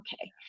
okay